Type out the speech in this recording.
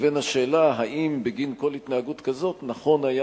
לבין השאלה אם בגין כל התנהגות כזאת נכון היה